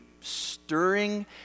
stirring